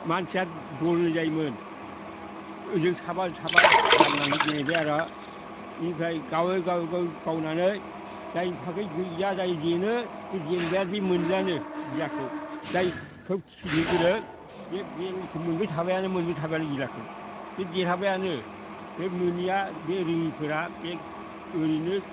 मानसिया दस जन जायोमोन ओजों साबा ओजों साबा राननानै गेलेबाय आर' इनिफ्राय गावै गावै गावै गावनानै जायनि फागै गैया जाय जेनो बे जेनबाय बे मोनलानो गिलाखौ जाय खोब थिखिनो गोरों बेयो मोनबायथाबायानोमोन मोनबायथाबायानो गिलाखौ बे देरहाबायानो बे मोनिआ बे रोङिफोरा बे ओरैनो